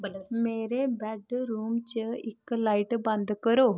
मेरे बेडरूम च इक लाइट बंद करो